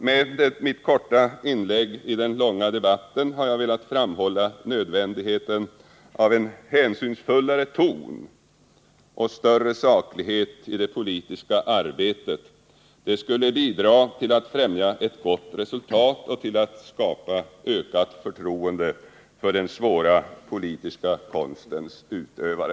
Med mitt korta inlägg i den långa debatten har jag velat framhålla nödvändigheten av en hänsynsfullare ton och större saklighet i det politiska arbetet. Det skulle bidra till att främja ett gott resultat och till att skapa ökat förtroende för den svåra politiska konstens utövare.